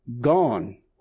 gone